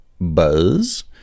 buzz